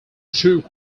true